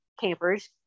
campers